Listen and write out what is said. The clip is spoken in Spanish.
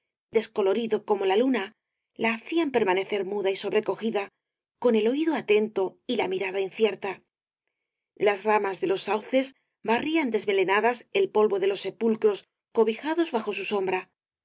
descolorido como la luna la hacían permanecer muda y sobrecogida con el oído atento y la mirada incierta las ramas de los sauces barrían desmelenadas el polvo de los sepulcros cobijados bajo su sombra